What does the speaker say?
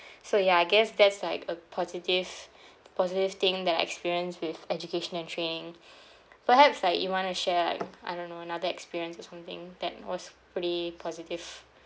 so ya I guess that's like a positive positive thing that I experience with education and training perhaps like you want to share like I don't know another experience or something that was pretty positive